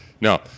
No